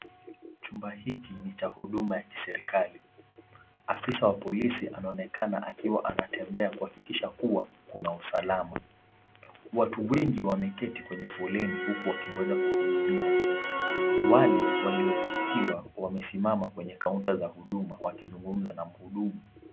Chumba hiki ni cha huduma ya kiserikali. Afisa wa polisi anaonekana akiwa anatembea kuhakikisha kuwa kuna usalama. Watu wengi wameketi kwenye foleni huku wakingoja kuhudumiwa. Wale waliofikiwa wamesimama kwenye kaunta za huduma wakizungumza na mhudumu.